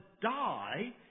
die